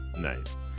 Nice